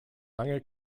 lange